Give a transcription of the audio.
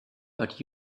but